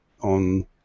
on